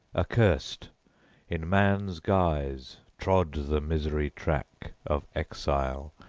accursed, in man's guise trod the misery-track of exile,